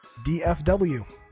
DFW